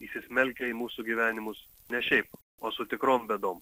įsismelkia į mūsų gyvenimus ne šiaip o su tikrom bėdom